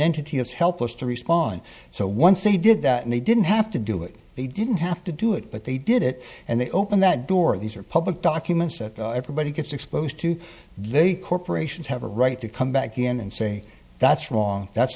entity is helpless to respond so once they did that they didn't have to do it they didn't have to do it but they did it and they opened that door these are public documents that everybody gets exposed to they corporations have a right to come back in and say that's wrong that's